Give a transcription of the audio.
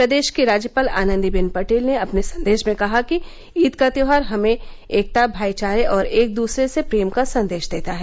प्रदेश की राज्यपाल आन्नदीबेन पटेल ने अपने संदेश में कहा कि ईद का त्यौहार हमें एकता भाईचारे और एक दूसरे से प्रेम का संदेश देता है